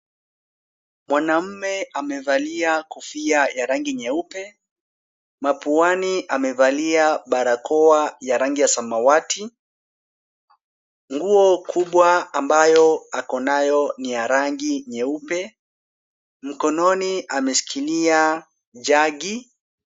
Mwanamume amevalia kofia ya rangi nyeupe. Mapuani amevalia barakoa ya rangi ya samawati. Nguo kubwa ambayo ako nayo ni ya rangi nyeupe. Mkononi ameshikilia jug .